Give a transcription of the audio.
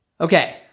Okay